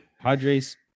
Padres